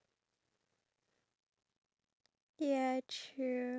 if your life were being made into a movie